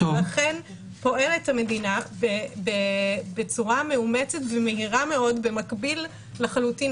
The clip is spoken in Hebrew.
לכן פועלת המדינה בצורה מאומצת ומהירה מאוד במקביל לחלוטין,